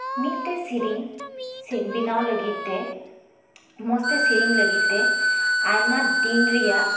ᱢᱤᱫᱴᱮᱱ ᱥᱮᱨᱮᱧ ᱵᱮᱱᱟᱣ ᱞᱟᱹᱜᱤᱫ ᱛᱮ ᱢᱚᱸᱡᱽ ᱛᱮ ᱥᱮᱨᱮᱧ ᱞᱟᱜᱤᱫ ᱛᱮ ᱟᱭᱢᱟ ᱫᱤᱱ ᱨᱮᱭᱟᱜ